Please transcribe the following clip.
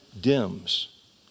dims